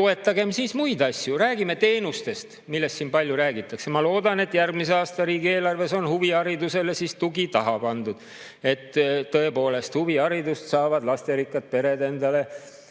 Toetagem siis muid asju! Räägime teenustest, millest siin palju räägitakse. Ma loodan, et järgmise aasta riigieelarves on huviharidusele tugi taha pandud, et tõepoolest huviharidust saavad lasterikkad pered